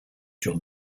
john